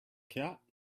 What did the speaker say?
cat